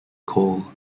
cole